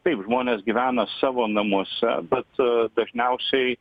taip žmonės gyvena savo namuose bet dažniausiai